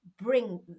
bring